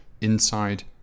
inside